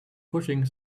pushing